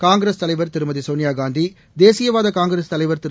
காங்கிரஸ் தலைவர் திருமதி சோனியா காந்தி தேசியவாத காங்கிரஸ் தலைவர் திரு